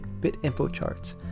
BitInfoCharts